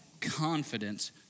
confidence